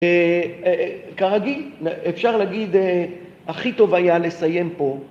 כרגיל, אפשר להגיד, הכי טוב היה לסיים פה.